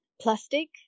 Plastic